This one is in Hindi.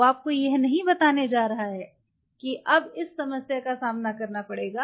वे आपको यह नहीं बताने जा रहे हैं कि अब इस समस्या का सामना करना पड़ेगा